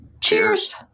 Cheers